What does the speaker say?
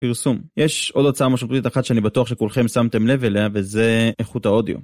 פרסום. יש עוד הוצאה משמעותית אחת שאני בטוח שכולכם שמתם לב אליה וזה איכות האודיו